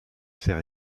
sert